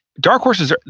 dark horses,